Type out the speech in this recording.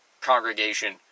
congregation